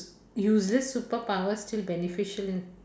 useless superpower still beneficial in